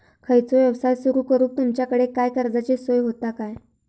खयचो यवसाय सुरू करूक तुमच्याकडे काय कर्जाची सोय होता काय?